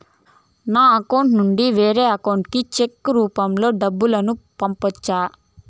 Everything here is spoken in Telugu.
నా అకౌంట్ నుండి వేరే అకౌంట్ కి చెక్కు రూపం లో డబ్బును పంపొచ్చా?